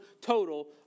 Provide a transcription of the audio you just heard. total